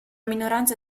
minoranza